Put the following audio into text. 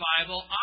Bible